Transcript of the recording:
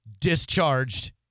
discharged